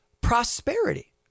prosperity